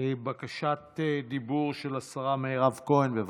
בקשת דיבור של השרה מירב כהן, בבקשה,